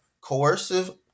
Coercive